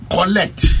Collect